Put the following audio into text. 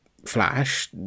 Flash